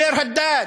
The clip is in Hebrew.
וביר-הדאג'